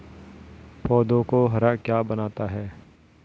पौधों को हरा क्या बनाता है?